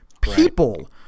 People